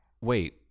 wait